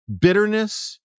bitterness